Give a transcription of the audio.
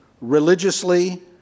religiously